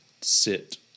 sit